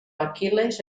aquil·les